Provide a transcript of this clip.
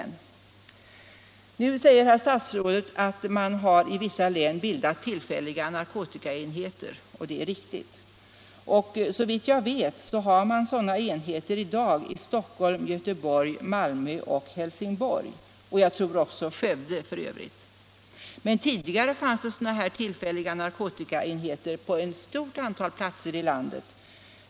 Nu säger statsrådet att man i vissa län bildat tillfälliga narkotikaenheter. Det är riktigt. Såvitt jag vet har man sådana enheter i dag i Stockholm, Göteborg, Malmö, Helsingborg och jag tror även Skövde. Men tidigare fanns det sådana tillfälliga narkotikaenheter på ett stort antal platser i landet.